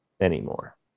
anymore